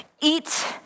eat